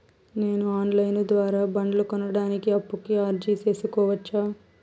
నేను online ద్వారా బండ్లు కొనడానికి అప్పుకి అర్జీ సేసుకోవచ్చా?